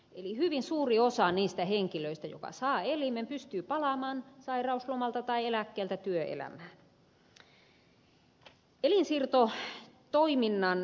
eli hyvin suuri osa niistä henkilöistä jotka saavat elimen pystyy palaamaan sairauslomalta tai eläkkeeltä työelämään